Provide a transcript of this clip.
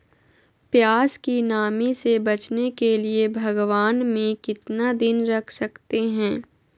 प्यास की नामी से बचने के लिए भगवान में कितना दिन रख सकते हैं?